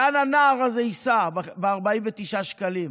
לאן הנער הזה ייסע ב-49 שקלים?